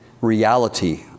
reality